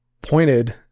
pointed